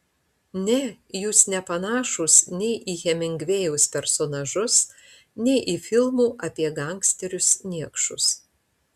ne jūs nepanašūs nei į hemingvėjaus personažus nei į filmų apie gangsterius niekšus